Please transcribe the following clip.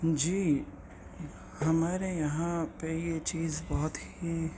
جی ہمارے یہاں پہ یہ چیز بہت ہی